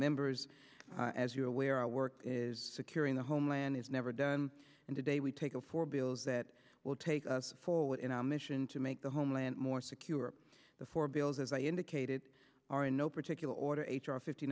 members as you are aware our work securing the homeland is never done and today we take all four bills that will take us forward in our mission to make the homeland more secure the four bills as i indicated are in no particular order h r fifty